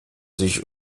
sich